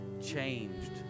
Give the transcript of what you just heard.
changed